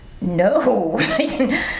no